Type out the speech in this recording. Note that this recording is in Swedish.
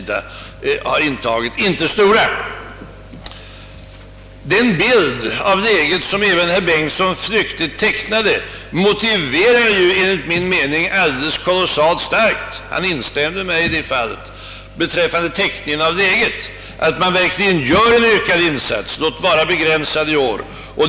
Den bild av läget som även herr Bengtsson flyktigt tecknade motiverar enligt min mening mycket starkt — han instämde med mig när det gällde upp fattningen:om läget — att man verkligen ökar insatserna, låt vara i begränsad omfattning :i år.